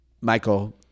Michael